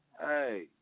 Hey